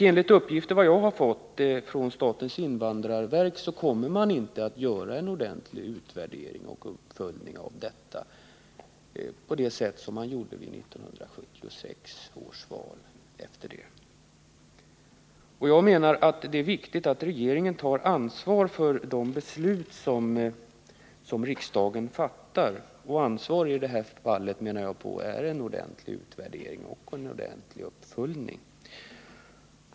Enligt uppgifter som jag har fått från statens invandrarverk kommer verket inte att göra en ordentlig utvärdering och uppföljning av invandrarnas medverkan i folkomröstningen, på det sätt som gjordes efter 1976 års val. Det är viktigt att regeringen tar ansvar för de beslut som riksdagen fattar. I detta fall innebär ett ansvarstagande en ordentlig utvärdering och uppföljning.